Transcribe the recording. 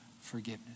forgiveness